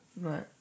right